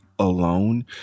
alone